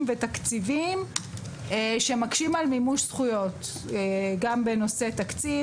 ותקציביים שמקשים על מימוש זכויות גם בנושא תקציב,